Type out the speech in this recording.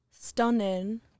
Stunning